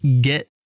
get